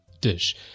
dish